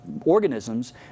organisms